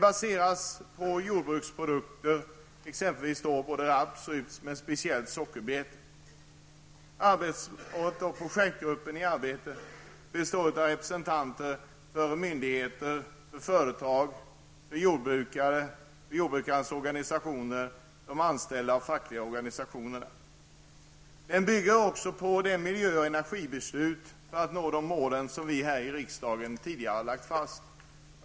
Basen är jordbruksprodukter, exempelvis raps och rybs men speciellt sockerbetor. Projektgruppen består av representanter för myndigheter, företag, jordbrukarnas organisationer samt de anställdas fackliga organisationer. Dess arbete bygger på de miljö och energibeslut som vi här i riksdagen tidigare har lagt fast.